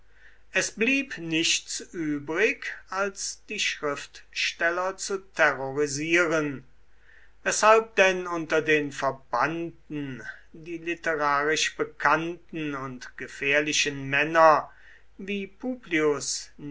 es blieb nichts übrig als die schriftsteller zu terrorisieren weshalb denn unter den verbannten die literarisch bekannten und gefährlichen männer wie publius